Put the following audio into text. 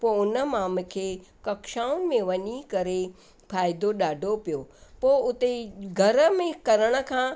पोइ उन मां मूंखे कक्षाउनि में वञी करे फ़ाइदो ॾाढो पियो पोइ उते घर में करण खां